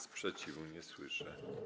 Sprzeciwu nie słyszę.